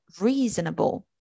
reasonable